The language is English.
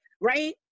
right